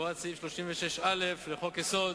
והוראת סעיף 36א לחוק-יסוד: